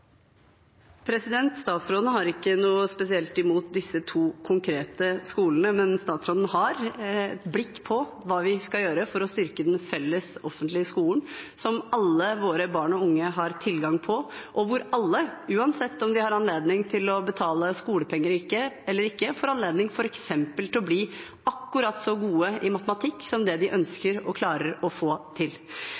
Statsråden har ikke noe spesielt imot disse to konkrete skolene, men statsråden har et blikk på hva vi skal gjøre for å styrke den felles offentlige skolen som alle våre barn og unge har tilgang til, og hvor alle, uansett om de har anledning til å betale skolepenger eller ikke, får anledning til å bli akkurat så gode i f.eks. matematikk som det de